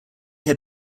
had